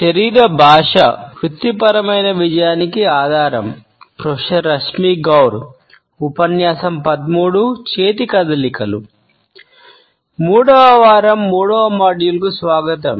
3 వ వారం 3 వ మాడ్యూల్కు స్వాగతం